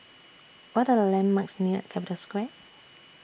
What Are The landmarks near Capital Square